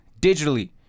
digitally